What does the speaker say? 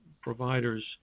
providers